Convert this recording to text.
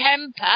temper